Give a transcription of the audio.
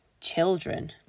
children